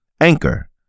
Anchor